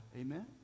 Amen